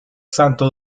santo